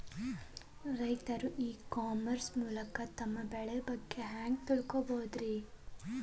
ರೈತರು e commerce ಮೂಲಕ ತಮ್ಮ ಬೆಳಿ ಬಗ್ಗೆ ಹ್ಯಾಂಗ ತಿಳ್ಕೊಬಹುದ್ರೇ?